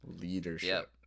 leadership